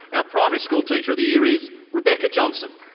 our primary school teacher of the year is rebecca johnson.